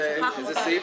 בסעיף